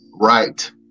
right